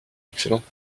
excellente